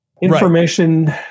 information